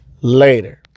later